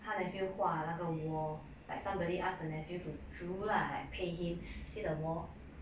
她 nephew 画那个 wall like somebody ask the nephew to drew lah like pay him see the wall